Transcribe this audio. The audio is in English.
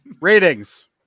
ratings